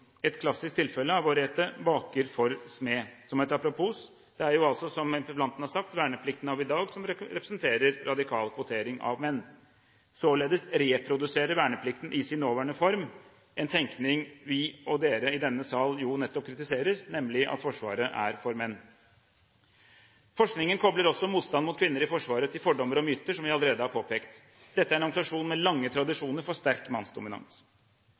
et klassisk tilfelle av å rette baker for smed. Som et apropos: Det er jo, som interpellanten har sagt, verneplikten av i dag som representerer en radikal kvotering – av menn. Således reproduserer verneplikten i sin nåværende form en tenkning vi, også denne sal, nettopp kritiserer, nemlig at Forsvaret er for menn. Forskningen kobler også motstanden mot kvinner i Forsvaret til fordommer og myter, som vi allerede har påpekt. Dette er en organisasjon med lange tradisjoner for sterk mannsdominans.